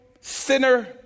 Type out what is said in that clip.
sinner